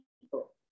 people